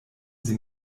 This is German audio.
sie